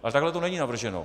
Ale takhle to není navrženo.